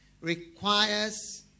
requires